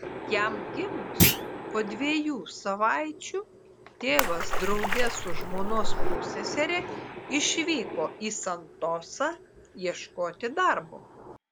jam gimus po dviejų savaičių tėvas drauge su žmonos pussesere išvyko į santosą ieškoti darbo